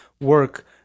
work